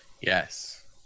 yes